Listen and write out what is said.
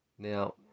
Now